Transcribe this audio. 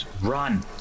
Run